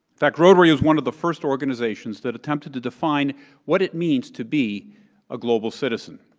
fact, rotary was one of the first organizations that attempted to define what it means to be a global citizen.